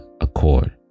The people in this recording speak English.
accord